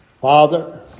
Father